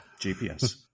gps